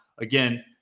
again